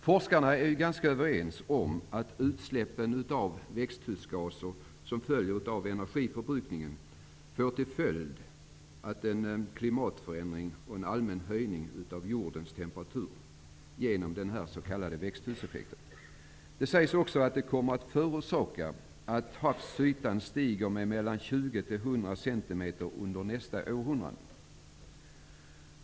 Forskarna är ganska överens om att de utsläpp av växthusgaser som följer av energiförbrukningen får till följd en klimatförändring och en allmän höjning av jordens temperatur genom den s.k. växthuseffekten. Det sägs också att detta kommer att göra att havsytan stiger med 20--100 cm under nästa århundrade.